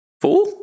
Four